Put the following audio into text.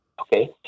Okay